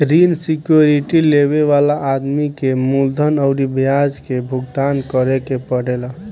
ऋण सिक्योरिटी लेबे वाला आदमी के मूलधन अउरी ब्याज के भुगतान करे के पड़ेला